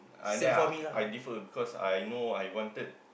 uh then I I defer because I know I wanted